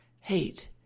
hate